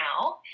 now